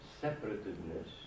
separateness